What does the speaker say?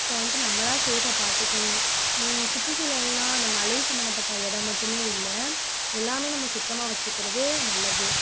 so வந்துட்டு நம்ம தான் சேஃப்பாக பார்த்துக்கணும் மே சுற்றுச்சூழல்னா அந்த மலை சம்பந்தப்பட்ட இடம் மட்டுமே இல்லை எல்லாமே நம்ம சுத்தமாக வச்சுக்கிறது நல்லது